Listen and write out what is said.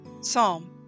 Psalm